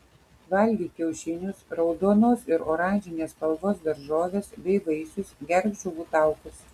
valgyk kiaušinius raudonos ir oranžinės spalvos daržoves bei vaisius gerk žuvų taukus